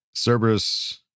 Cerberus